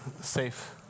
safe